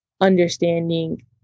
understanding